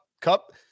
Cup